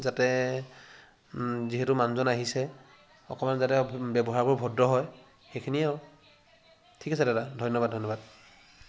যাতে যিহেতু মানুহজন আহিছে অকণমান যাতে ব্যৱহাৰবোৰ ভদ্ৰ হয় সেইখিনিয়ে আৰু ঠিক আছে দাদা ধন্যবাদ ধন্যবাদ